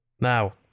Now